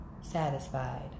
satisfied